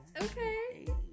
Okay